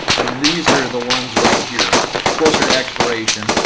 and these are the ones right here closer to expiration.